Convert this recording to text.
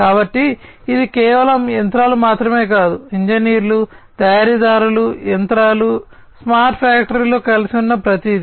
కాబట్టి ఇది కేవలం యంత్రాలు మాత్రమే కాదు ఇంజనీర్లు తయారీదారులు యంత్రాలు స్మార్ట్ ఫ్యాక్టరీలో కలిసి ఉన్న ప్రతిదీ